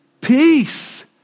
peace